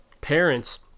parents